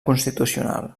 constitucional